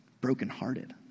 brokenhearted